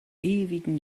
ewigen